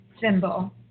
symbol